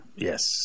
Yes